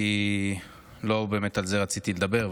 כי לא באמת על זה רציתי לדבר,